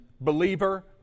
believer